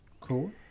cool